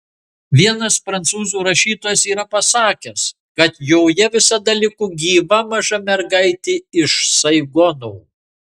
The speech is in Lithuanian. vienas prancūzų rašytojas yra pasakęs kad joje visada liko gyva maža mergaitė iš saigono